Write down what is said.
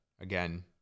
again